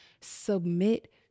submit